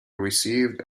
received